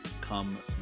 come